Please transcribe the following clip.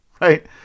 right